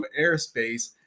airspace